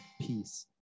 peace